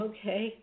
Okay